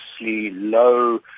low